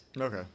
okay